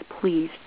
please